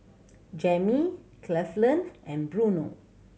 Jami Cleveland and Bruno